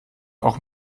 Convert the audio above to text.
auch